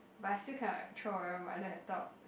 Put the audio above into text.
but I still cannot throw away my laptop